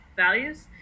values